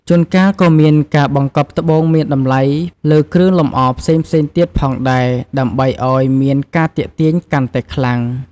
ជួនកាលក៏មានការបង្កប់ត្បូងមានតម្លៃលើគ្រឿងលម្អផ្សេងៗទៀតផងដែរដើម្បីអោយមានការទាក់ទាញកាន់តែខ្លាំង។